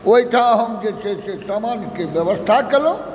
ओहिठाम हम जे छै से समानके व्यवस्था केलहुँ